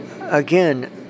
again